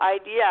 idea